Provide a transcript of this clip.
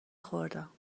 خوردم